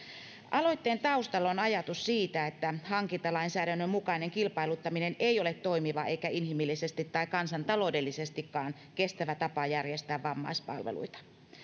aloitteen taustalla on ajatus siitä että hankintalainsäädännön mukainen kilpailuttaminen ei ole toimiva eikä inhimillisesti tai kansantaloudellisestikaan kestävä tapa järjestää vammaispalveluita